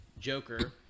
Joker